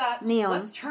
neon